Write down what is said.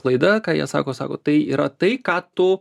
klaida ką jie sako sako tai yra tai ką tu